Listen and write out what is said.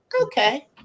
Okay